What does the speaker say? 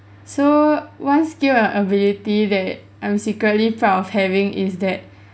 so one skill and ability that I'm secretly proud of having is that